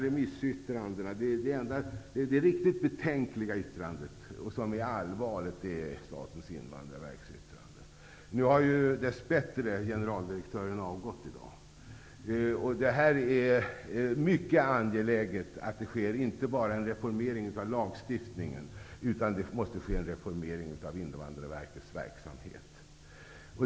Remissyttrandet från Statens invandrarverk är mycket betänkligt. Nu har ju generaldirektören dess bättre avgått i dag. Det är mycket angeläget att det inte bara sker en reformering av lagstiftningen, utan det måste också ske en reformering av Invandrarverkets verksamhet.